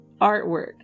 artwork